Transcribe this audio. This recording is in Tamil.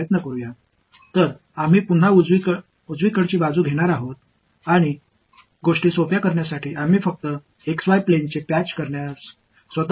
எனவே மீண்டும் நாம் வலது புறத்தை எடுத்து விஷயங்களை எளிதாக்குவோம் x y சமதளத்தை இணைப்பதற்கு நம்மை கட்டுப்படுத்திக் கொள்வோம்